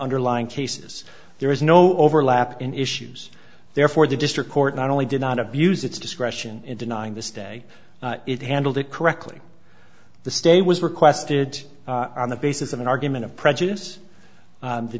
underlying cases there is no overlap in issues therefore the district court not only did not abuse its discretion in denying this day it handled it correctly the stay was requested on the basis of an argument of prejudice